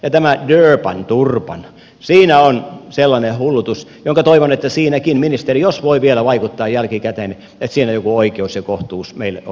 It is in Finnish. ja tämä durban turpan siinä on sellainen hullutus josta toivon että siinäkin ministeri voi vielä vaikuttaa jälkikäteen että siinä joku oikeus ja kohtuus meille on